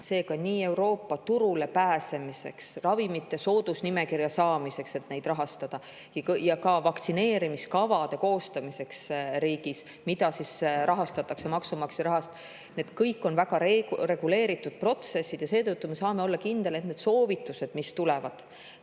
Seega Euroopa turule pääsemiseks, ravimite soodusnimekirja saamiseks, et neid rahastada, ja ka riigi vaktsineerimiskavade koostamiseks, kui vaktsineerimist rahastatakse maksumaksja rahaga – need kõik on väga reguleeritud protsessid. Ja seetõttu me saame olla kindlad, et need soovitused, mis tulevad